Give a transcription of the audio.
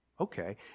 Okay